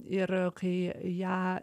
ir kai ją